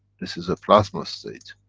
this is a plasma-state.